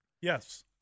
Yes